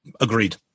Agreed